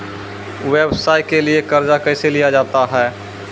व्यवसाय के लिए कर्जा कैसे लिया जाता हैं?